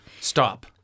Stop